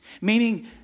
Meaning